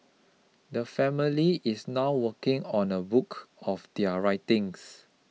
the family is now working on a book of their writings